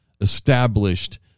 established